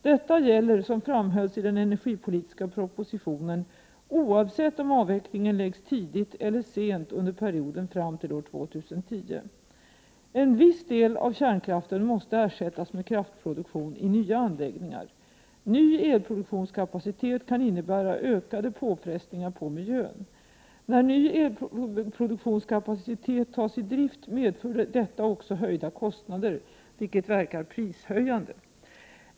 Detta gäller — som framhölls i den energipolitiska propositionen — oavsett om avvecklingen läggs tidigt eller sent under perioden fram till år 2010. En viss del av kärnkraften måste ersättas med kraftproduktion i nya anläggningar. Ny elproduktionskapacitet kan innebära ökade påfrestningar på miljön. När ny elproduktionskapacitet tas i drift medför detta också höjda kostnader, vilket verkar prishöjande.